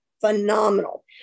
phenomenal